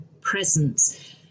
presence